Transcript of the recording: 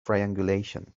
triangulation